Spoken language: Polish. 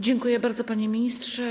Dziękuję bardzo, panie ministrze.